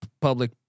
public